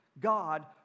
God